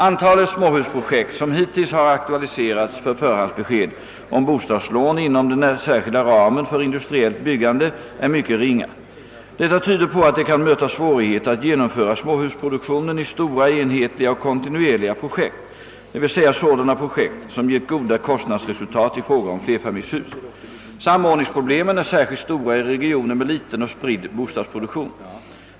Antalet småhusprojekt som hittills har aktualiserats för förhandsbesked om bostadslån inom den särskilda ramen för industriellt byggande är myeket ringa. Detta tyder på att det kan möta svårigheter att genomföra småhusproduktionen i stora, enhetliga och kontinuerliga projekt, d. v. s. sådana projekt som gett goda kostnadsresultat i fråga om flerfamiljshus. Samordningsprobiemen är särskilt stora i regioner med liten och spridd bostadsproduktion.